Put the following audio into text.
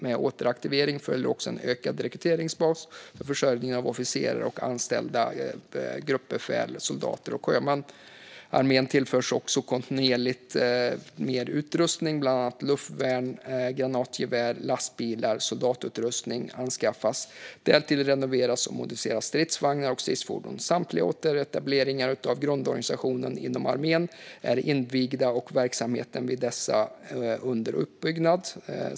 Med återaktiveringen följer också en ökad rekryteringsbas till försörjning av officerare och anställda gruppbefäl, soldater och sjömän. Armén tillförs också materiel kontinuerligt med utrustning, bland annat luftvärn, granatgevär, lastbilar och soldatutrustning. Därtill renoveras och modifieras stridsvagnar och stridsfordon. Samtliga återetableringar av grundorganisationen inom armén är invigda, och verksamheten vid dessa är under uppbyggnad.